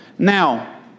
Now